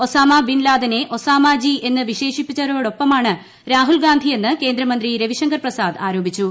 Osama ബിൻലാദനെ ഒസാമജി എന്ന് വിശേഷിപ്പിച്ചവരോടൊപ്പമാണ് രാഹുൽഗാന്ധിയെന്ന് കേന്ദ്രമന്ത്രി രവിശങ്കർ പ്രസാദ് ആരോപിച്ചു